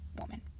woman